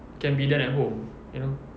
can be done at home you know